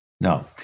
No